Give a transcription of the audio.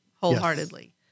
wholeheartedly